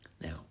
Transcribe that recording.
Now